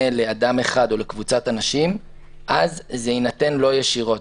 לאדם אחד או לקבוצת אנשים אז זה יינתן לו ישירות.